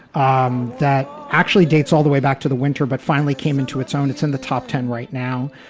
um that actually dates all the way back to the winter but finally came into its own. it's in the top ten right now.